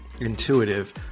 intuitive